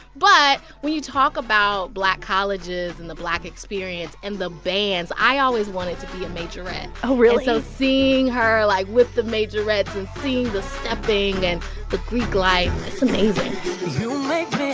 but when you talk about black colleges and the black experience and the bands i always wanted to be a majorette oh, really? and so seeing her, like, with the majorettes and seeing the stepping and the greek life it's amazing you make